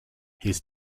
his